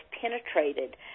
penetrated